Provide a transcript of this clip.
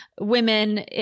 women